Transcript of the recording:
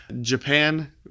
Japan